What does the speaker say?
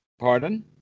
Pardon